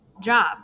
job